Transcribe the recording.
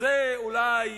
זו לא ממשלה,